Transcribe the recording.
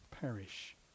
perish